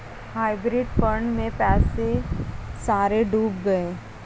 hybrid fund में पैसे सारे डूब गए